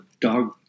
dog